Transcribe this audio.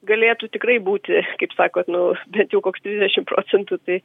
galėtų tikrai būti kaip sakot nu bent jau koks dvidešim procentų tai